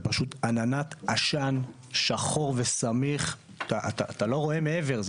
זה פשוט עננת עשן שחור וסמיך, אתה לא רואה מעבר.